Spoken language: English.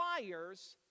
requires